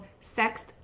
sex